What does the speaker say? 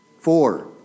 Four